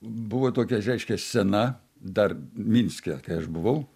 buvo tokia reiškia scena dar minske tai aš buvau